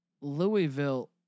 Louisville